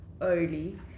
early